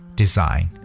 design